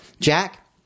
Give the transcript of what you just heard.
Jack